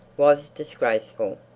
was disgraceful.